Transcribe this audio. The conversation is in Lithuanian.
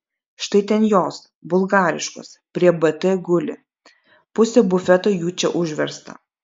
štai ten jos bulgariškos prie bt guli pusė bufeto jų čia užversta